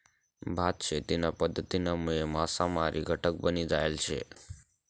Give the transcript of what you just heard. भात शेतीना पध्दतीनामुळे मासामारी घटक बनी जायल शे